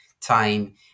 time